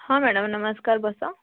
ହଁ ମ୍ୟାଡ଼ାମ୍ ନମସ୍କାର୍ ବସ